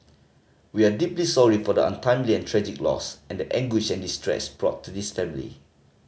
we are deeply sorry for the untimely and tragic loss and the anguish and distress brought to this family